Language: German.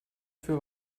für